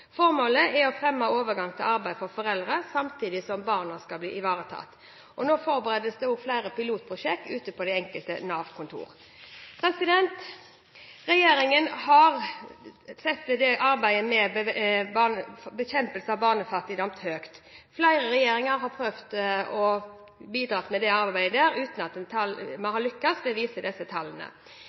Formålet er å fremme overgang til arbeid for foreldrene, samtidig som barna ivaretas. Nå forberedes det også flere pilotprosjekter ute på det enkelte Nav-kontor. Regjeringen setter arbeidet med bekjempelse av barnefattigdom høyt. Flere regjeringer har prøvd å bidra med dette arbeidet uten at en har lyktes. Det viser disse tallene.